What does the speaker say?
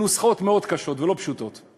נוסחאות מאוד קשות ולא פשוטות.